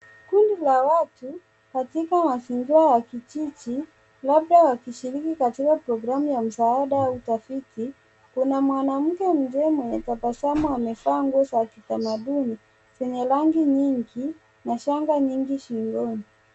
Kundi la watu katika mazingira ya kijiji labda wakishiriki katika programu ya msaada wa utafiti, kuna mwanamke mzee mwenye tabasamu amevaa nguo za kitamaduni, zenye rangi nyingi na shanga nyingi sjingoni.